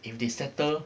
if they settle